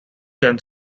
can